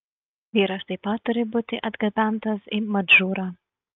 vyras taip pat turi būti atgabentas į madžūrą